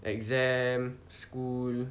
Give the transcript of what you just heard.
exam school